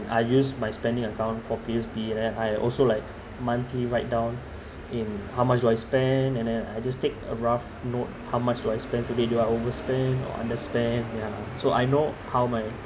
I used my spending account for P_O_S_B and I also like monthly write down in how much do I spend and I just take a rough note how much do I spend today do I overspend or underspend yeah so I know how my